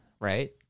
right